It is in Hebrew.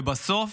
ובסוף,